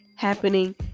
happening